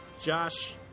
Josh